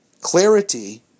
Clarity